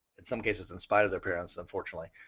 in some cases in spite of their parents, unfortunately.